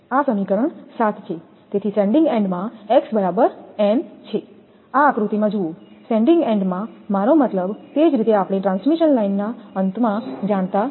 તેથી sending end માં x બરાબર n છે આ આકૃતિમાં જુઓ સેન્ડિંગ એન્ડમાં મારો મતલબ તે જ રીતે આપણે ટ્રાન્સમિશન લાઇનના અંતમાં જાણતા નથી